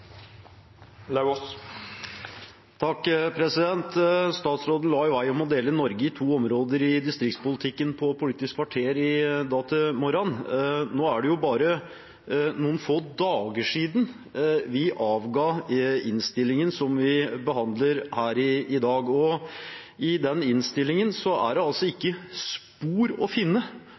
Statsråden la i vei om å dele Norge i to områder i distriktspolitikken i Politisk kvarter i dag tidlig. Nå er det bare noen få dager siden vi avga innstillingen som vi behandler her i dag, og i den innstillingen er det altså ikke spor å finne